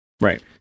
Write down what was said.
right